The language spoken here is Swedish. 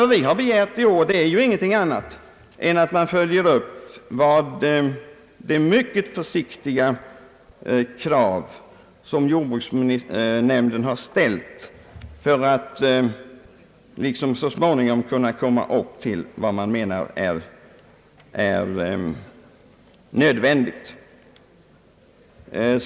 Vad vi har begärt i år innebär ingenting annat än att vi följer upp de mycket försiktiga krav som jordbruksnämnden har ställt för att vi i vårt land så småningom skall kunna nå upp till den beredskap som anses nödvändig.